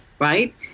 right